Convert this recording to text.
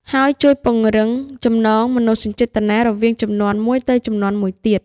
ហើយជួយពង្រឹងចំណងមនោសញ្ចេតនារវាងជំនាន់មួយទៅជំនាន់មួយទៀត។